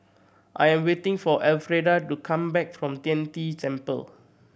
I am waiting for Elfrieda to come back from Tian De Temple